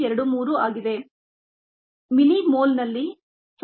23 ಆಗಿದೆ ಮಿಲಿಮೋಲ್ ನಲ್ಲಿ 0